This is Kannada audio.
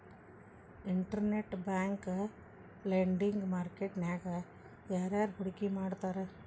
ಇನ್ಟರ್ನೆಟ್ ಬ್ಯಾಂಕ್ ಲೆಂಡಿಂಗ್ ಮಾರ್ಕೆಟ್ ನ್ಯಾಗ ಯಾರ್ಯಾರ್ ಹೂಡ್ಕಿ ಮಾಡ್ತಾರ?